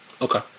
Okay